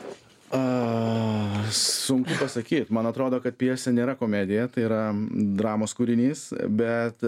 a sunku pasakyt man atrodo kad pjesė nėra komedija tai yra dramos kūrinys bet